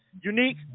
Unique